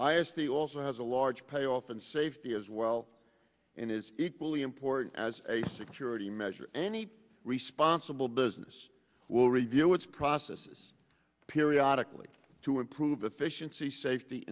as the also has a large payoff and safety as well and is equally important as a security measure any responsible business will review its processes periodically to improve efficiency safety